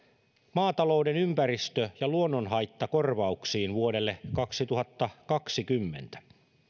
maatalouden ympäristö ja luonnonhaittakorvauksiin vuodelle kaksituhattakaksikymmentä tämä